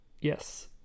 Yes